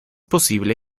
posible